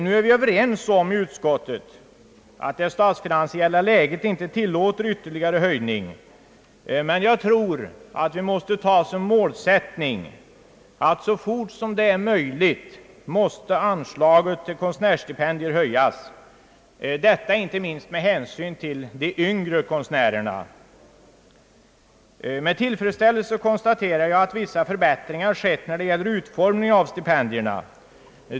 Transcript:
Nu är vi överens om i utskottet att det statsfinansiella läget inte tillåter ytterligare höjning, men jag tror att vi måste ta som målsättning att anslaget till konstnärsstipendier skall höjas så snart som det är möjligt. Detta inte minst med hänsyn till de yngre konstnärerna. Med tillfredsställelse konstaterar jag att vissa förbättringar skett när det gäller utformningen av stipendierna.